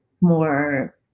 more